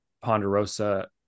Ponderosa